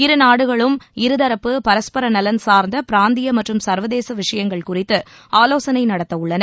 இரு நாடுகளும் இருதரப்பு பரஸ்பர நலன் சார்ந்த பிராந்திய மற்றும் சர்வதேச விஷயங்கள் குறித்து ஆலோசனை நடத்தவுள்ளன